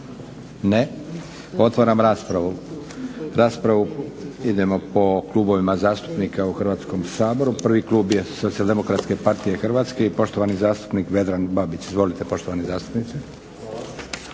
Ne. Otvaram raspravu. Raspravu idemo po klubovima zastupnika u Hrvatskom saboru. Prvi klub je Socijaldemokratske partije Hrvatske i poštovani zastupnik Vedran Babić. Izvolite poštovani zastupniče.